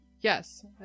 Yes